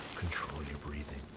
control your breathing.